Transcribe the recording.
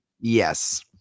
Yes